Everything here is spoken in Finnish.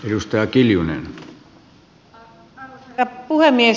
arvoisa herra puhemies